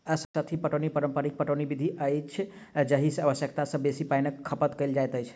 सतही पटौनी पारंपरिक पटौनी विधि अछि जाहि मे आवश्यकता सॅ बेसी पाइनक खपत कयल जाइत अछि